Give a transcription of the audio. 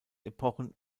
epochen